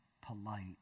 polite